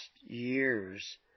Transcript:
years